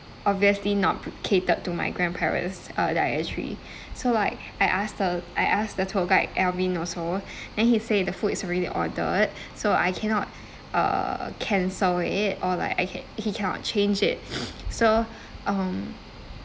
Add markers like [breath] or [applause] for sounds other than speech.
obviously not pre~ catered to my grandparents uh dietary so like I asked the I asked the tour guide alvin also then he say the food is really ordered so I cannot uh cancel it or like I can~ he cannot change it [breath] so um